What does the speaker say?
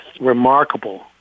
remarkable